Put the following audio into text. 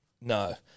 No